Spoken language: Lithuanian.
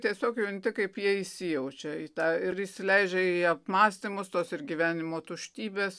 tiesiog junti kaip jie įsijaučia į tą ir įsileidžia į apmąstymus tuos ir gyvenimo tuštybės